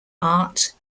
art